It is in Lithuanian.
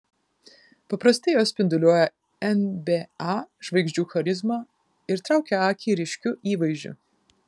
paprastai jos spinduliuoja nba žvaigždžių charizma ir traukia akį ryškiu įvaizdžiu